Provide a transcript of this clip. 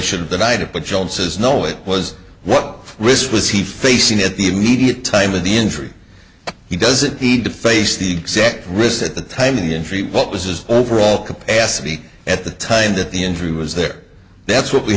says no it was what risk was he facing at the immediate time of the injury he doesn't need to face the exact wrist at the time of the injury what was his overall capacity at the time that the injury was there that's what we